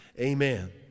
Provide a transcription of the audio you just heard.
Amen